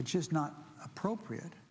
it just not appropriate